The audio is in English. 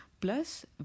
plus